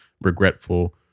regretful